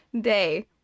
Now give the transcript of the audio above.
day